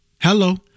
Hello